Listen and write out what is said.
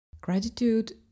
Gratitude